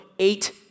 Eight